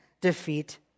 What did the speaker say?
defeat